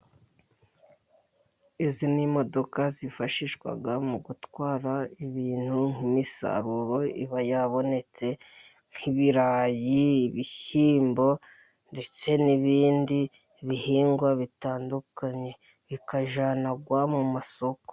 Izi ni imodoka zifashishwa mu gutwara ibintu, nk'imisaruro iba yabonetse nk'ibirayi, ibishyimbo, ndetse n'ibindi bihingwa bitandukanye, bikajyanwa mu masoko.